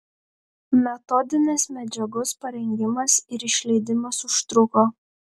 metodinės medžiagos parengimas ir išleidimas užtruko